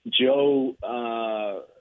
Joe